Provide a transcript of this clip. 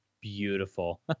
Beautiful